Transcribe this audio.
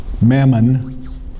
Mammon